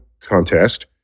contest